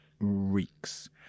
reeks